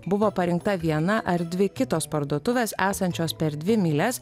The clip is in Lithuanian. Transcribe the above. buvo parinkta viena ar dvi kitos parduotuvės esančios per dvi mylias